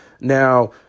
Now